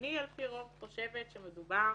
אני על פי רוב חושבת שמדובר